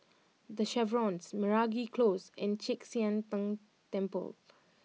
The Chevrons Meragi Close and Chek Sian Tng Temple